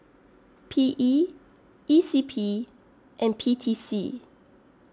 P E E C P and P T C